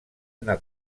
una